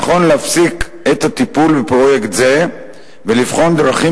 נכון להפסיק את הטיפול בפרויקט זה ולבחון דרכים